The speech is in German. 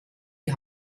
die